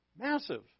Massive